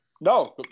no